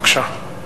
בבקשה.